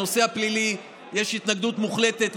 בנושא הפלילי, יש התנגדות מוחלטת.